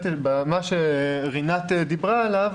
מה שרינת דיברה עליו,